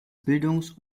bildungs